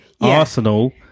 Arsenal